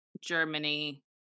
germany